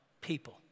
people